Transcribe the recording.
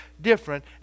different